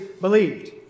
believed